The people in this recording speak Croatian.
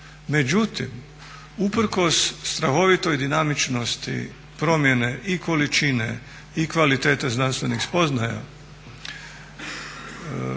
Međutim, u prkos strahovitoj dinamičnosti promjene i količine i kvalitete znanstvenih spoznaja